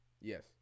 Yes